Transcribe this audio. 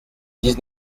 dix